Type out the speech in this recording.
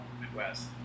Midwest